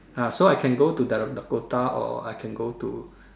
ah so I can go to the Dakota or I can go to